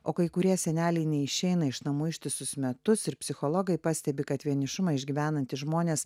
o kai kurie seneliai neišeina iš namų ištisus metus ir psichologai pastebi kad vienišumą išgyvenantys žmonės